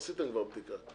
עשיתם כבר בדיקה.